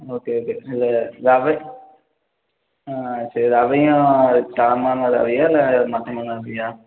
okay okay இல்லை ரவ ஆ சரி ரவையும் தரமான ரவையா இல்லை மட்டமான ரவையா